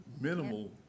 minimal